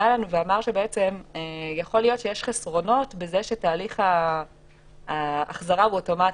אלינו ואמר שיכול להיות שיש חסרונות בזה שתהליך ההחזרה הוא אוטומטי,